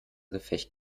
gefecht